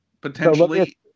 potentially